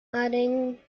adding